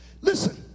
Listen